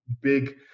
big